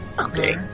Okay